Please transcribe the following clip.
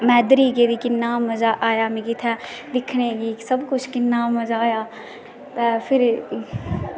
में गेदी मिगी किन्ना मज़ा आया उत्थें दिक्खनै गी सबकुछ किन्ना मज़ा आया ते फिर